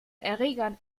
erregern